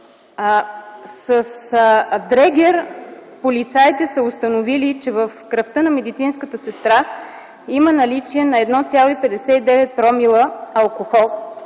С дрегер полицаите са установили, че в кръвта на медицинската сестра има наличие на 1,59 промила алкохол,